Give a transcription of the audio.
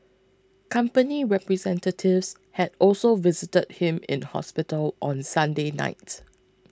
company representatives had also visited him in hospital on Sunday night